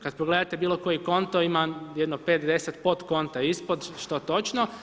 Kada pogledate bilo koji konto ima jedno 5, 10 podkonta ispod, što točno.